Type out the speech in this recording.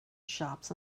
shops